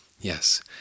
Yes